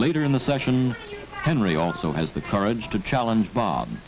later in the session henry also has the courage to challenge bob